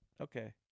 okay